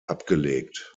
abgelegt